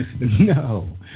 No